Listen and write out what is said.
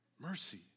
Mercy